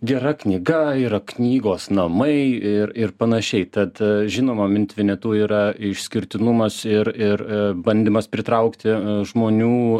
gera knyga yra knygos namai ir ir panašiai tad žinoma mint vinetu yra išskirtinumas ir ir bandymas pritraukti žmonių